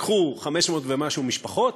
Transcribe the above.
לקחו 500 ומשהו משפחות,